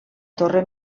torre